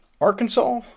Arkansas